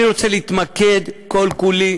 אני רוצה להתמקד כל-כולי